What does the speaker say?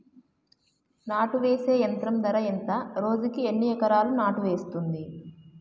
నాటు వేసే యంత్రం ధర ఎంత రోజుకి ఎన్ని ఎకరాలు నాటు వేస్తుంది?